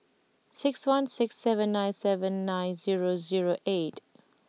six one six seven nine seven nine zero zero eight